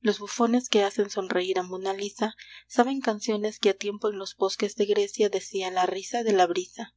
los bufones que hacen sonreír a monna lisa saben canciones que ha tiempo en los bosques de grecia decía la risa de la brisa